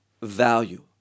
value